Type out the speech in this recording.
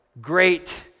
great